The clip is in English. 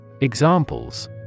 Examples